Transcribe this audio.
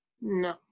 No